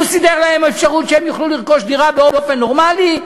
הוא סידר להם אפשרות שהם יוכלו לרכוש דירה באופן נורמלי?